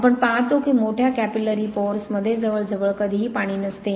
आपण पाहतो की मोठ्या कॅपिलॅरी पोअर्स मध्ये जवळजवळ कधीही पाणी नसते